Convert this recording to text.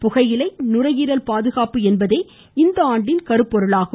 புகையிலை நுரையீரல் பாதுகாப்பு என்பதே இந்த கருப்பொருளாகும்